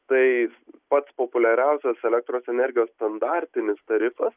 tai pats populiariausios elektros energijos standartinis tarifas